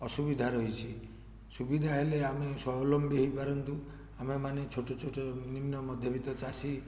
ଅସୁବିଧା ରହିଛି ସୁବିଧା ହେଲେ ଆମେ ସ୍ୱାବଲମ୍ବୀ ହେଇପାରନ୍ତୁ ଆମେ ମାନେ ଛୋଟ ଛୋଟ ନିମ୍ନ ମଧ୍ୟବିତ୍ତ ଚାଷୀ